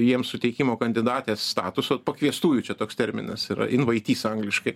jiems suteikimo kandidatės statuso pakviestųjų čia toks terminas yra invaitys angliškai